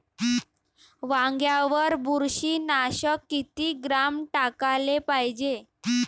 वांग्यावर बुरशी नाशक किती ग्राम टाकाले पायजे?